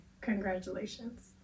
congratulations